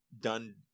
done